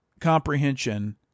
comprehension